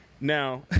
Now